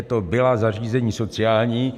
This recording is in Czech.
To byla zařízení sociální.